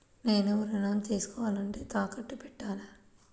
నేను ఋణం తీసుకోవాలంటే తాకట్టు పెట్టాలా?